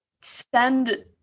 send